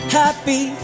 happy